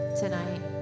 tonight